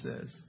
says